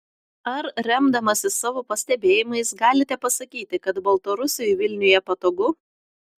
ar remdamasis savo pastebėjimais galite pasakyti kad baltarusiui vilniuje patogu